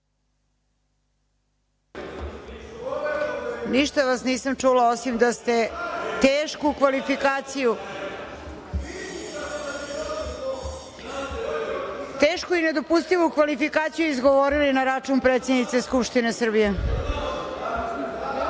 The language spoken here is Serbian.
Ništa vas nisam čula, osim da ste tešku i nedopustivu kvalifikaciju izgovorili na račun predsednice Skupštine Srbije. Po